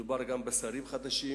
מדובר גם בשרים חדשים,